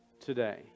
today